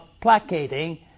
placating